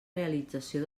realització